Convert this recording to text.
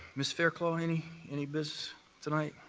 ms. fairclough, any any business tonight?